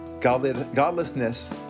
Godlessness